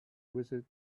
visit